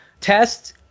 Test